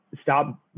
stop